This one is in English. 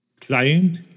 client